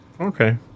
Okay